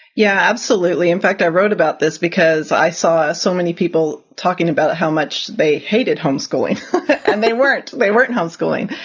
yeah, absolutely. in fact, i wrote about this because i saw so many people talking about how much they hated homeschooling and they weren't they weren't homeschooling.